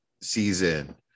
season